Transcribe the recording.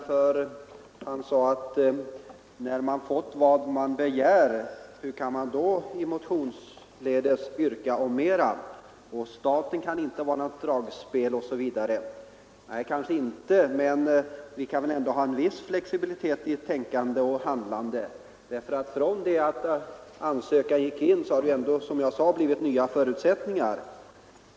Herr Karlsson i Huskvarna frågade nämligen hur man, sedan stiftelsen fått vad den begärt, motionsledes kan yrka på mera — staten kan inte vara något dragspel osv. Nej, kanske inte, men vi kan väl ändå ha en viss flexibilitet i vårt tänkande och handlande. Sedan stiftelsens anslagsframställning inlämnades har nya förutsättningar tillkommit.